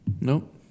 Nope